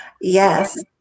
Yes